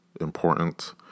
important